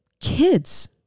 kids